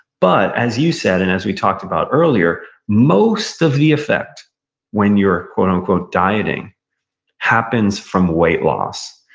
but, as you said, and as we talked about earlier, most of the effect when you're quote unquote dieting happens from weight loss.